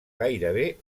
gairebé